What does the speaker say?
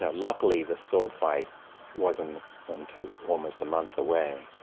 ah luckily, the sword fight wasn't until almost a month away,